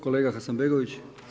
Kolega Hasanbegović.